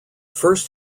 first